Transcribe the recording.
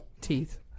Teeth